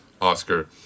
Oscar